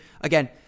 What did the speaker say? again